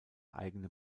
eigene